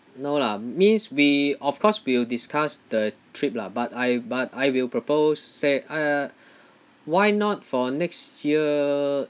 no lah means we of course wie'll discuss the trip lah but I but I will propose say uh why not for next year